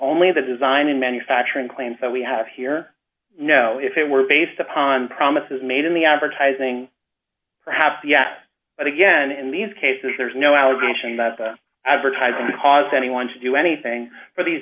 only the design and manufacturing claims that we have here no if it were based upon promises made in the advertising perhaps yes but again in these cases there is no allegation that advertising because anyone to do anything for these